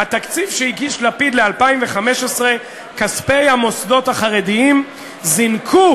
"התקציב שהגיש לפיד ל-2015: כספי המוסדות החרדיים זינקו